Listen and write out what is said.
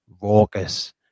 raucous